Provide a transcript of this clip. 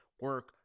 Work